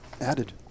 Added